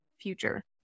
future